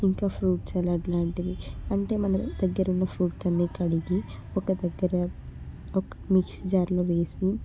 ఇంకా fruit salad లాంటివి అంటే మన దగ్గర ఉన్న ఫ్రూట్స్ అన్ని కడిగి ఒక దగ్గర ఒక మిక్సీ జార్లో వేసి